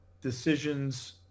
decisions